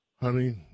Honey